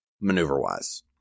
maneuver-wise